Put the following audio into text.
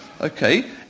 Okay